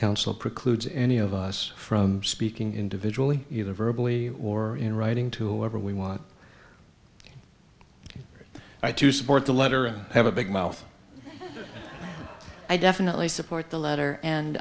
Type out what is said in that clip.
council precludes any of us from speaking individually either verbally or in writing to whoever we want i to support the letter and have a big mouth i definitely support the letter